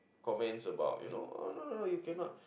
comments about you know oh no no no you cannot